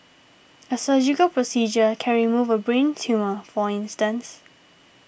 a surgical procedure can remove a brain tumour for instance